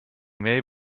may